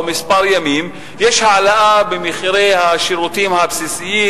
כמה ימים תהיה העלאה במחירי השירותים הבסיסיים,